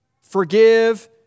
forgive